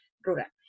rural